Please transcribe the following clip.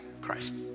Christ